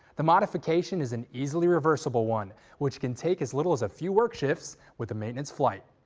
the modification is an easily reversible one, which can take as little as a few work shifts with the maintainance flight.